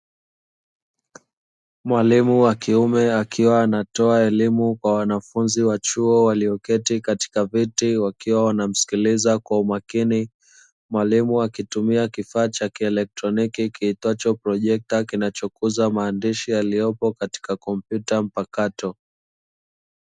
Mwalimu wa kiume akiwa anatoa elimu kwa wanafunzi wa chuo walioketi katika viti wakiwa wanamsikiliza kwa umakini. Mwalimu akitumia kifaa cha kielektroniki kiitwacho projekta kinachokuza maandishi yaliyopo katika kompyuta mpakato.